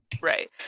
Right